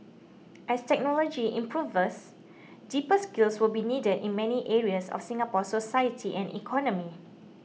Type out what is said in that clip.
as technology improves deeper skills will be needed in many areas of Singapore's society and economy